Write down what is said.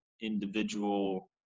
individual